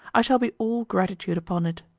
i shall be all gratitude upon it.